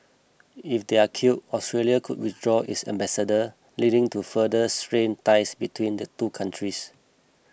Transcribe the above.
if they are kill Australia could withdraw its ambassador leading to further strained ties between the two countries